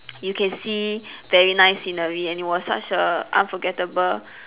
you can see very nice scenery and it was such a unforgettable